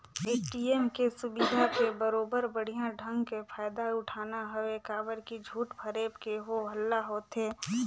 ATM के ये सुबिधा के बरोबर बड़िहा ढंग के फायदा उठाना हवे काबर की झूठ फरेब के हो हल्ला होवथे